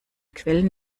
quellen